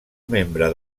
membre